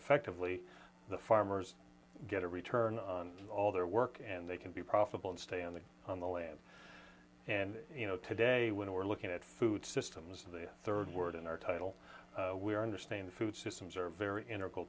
effectively the farmers get a return on all their work and they can be profitable and stay on the on the land and you know today when we're looking at food systems the third word in our title we are understand food systems are very in